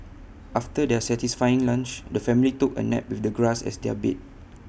after their satisfying lunch the family took A nap with the grass as their bed